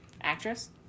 actress